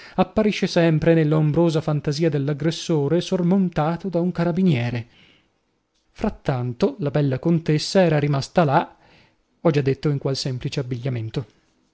apparisce sempre nell'ombrosa fantasia dell'aggressore sormontato da un carabiniere frattanto la bella contessa era rimasta là ho già detto in qual semplice abbigliamento